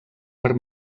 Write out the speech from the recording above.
per